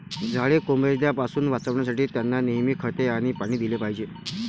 झाडे कोमेजण्यापासून वाचवण्यासाठी, त्यांना नेहमी खते आणि पाणी दिले पाहिजे